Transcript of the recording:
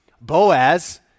Boaz